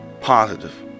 Positive